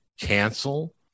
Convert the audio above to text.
cancel